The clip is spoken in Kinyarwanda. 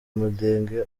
mudenge